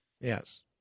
Yes